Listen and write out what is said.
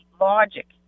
logic